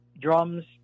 drums